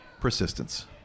persistence